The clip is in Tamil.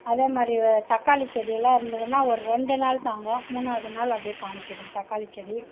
அதேமாதிரி தக்காளி செடியெலாம் இருந்ததுன்னா ஒரு ரெண்டு நாள் தாங்கும் மூணாவது நாள் அப்படியே காஞ்சுடும் தக்காளி செடி